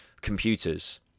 computers